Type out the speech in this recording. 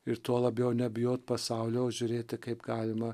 ir tuo labiau nebijot pasaulio o žiūrėti kaip galima